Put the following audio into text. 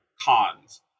cons